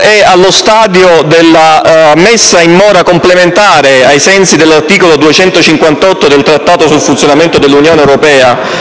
è allo stadio della messa in mora complementare, ai sensi dell'articolo 258 del Trattato sul funzionamento dell'Unione europea,